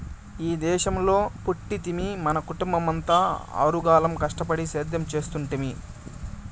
ఈ దేశంలో పుట్టితిమి మన కుటుంబమంతా ఆరుగాలం కష్టపడి సేద్యం చేస్తుంటిమి